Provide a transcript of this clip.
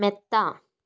മെത്ത